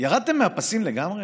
ירדתם מהפסים לגמרי?